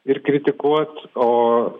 ir kritikuot o